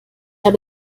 habe